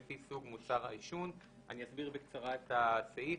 לפי סוג מוצר העישון." אני אסביר בקצרה את הסעיף.